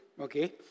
Okay